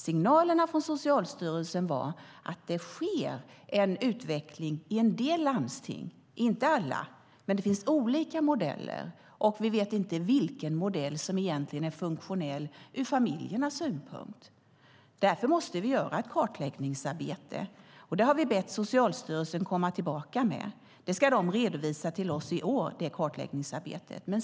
Signalerna från Socialstyrelsen var att det sker en utveckling i en del landsting men inte i alla. Det finns olika modeller. Vi vet inte vilken modell som egentligen är funktionell ur familjernas synpunkt. Därför måste vi göra ett kartläggningsarbete. Det har vi bett Socialstyrelsen att komma tillbaka med. Det kartläggningsarbetet ska de redovisa till oss i år.